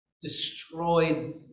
destroyed